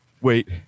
Wait